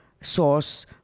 source